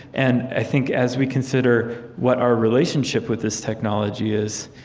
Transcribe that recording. and, i think, as we consider what our relationship with this technology is,